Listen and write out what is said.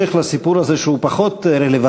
לסיפור הזה יש המשך שהוא פחות רלוונטי,